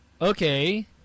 Okay